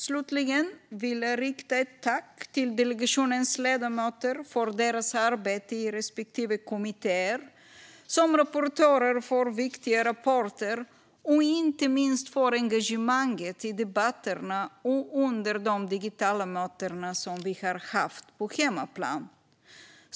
Slutligen vill jag rikta ett tack till delegationens ledamöter för deras arbete i respektive kommitté, för deras viktiga insatser som rapportörer och inte minst för deras engagemang i debatterna och under de digitala möten som vi haft på hemmaplan.